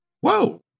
Whoa